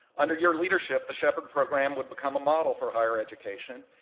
under your leadership, the shepherd program would become a model for higher education,